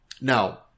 Now